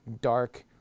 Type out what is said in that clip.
dark